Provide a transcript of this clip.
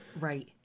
Right